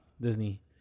Disney